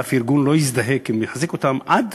ואף ארגון לא יזדהה כמחזיק אותם, עד